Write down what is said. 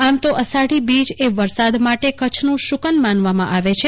આમ તો આષાઢી બીજ એ વરસાદ માટે કચ્છનું શુકન માનવામાં આવે છે